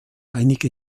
einige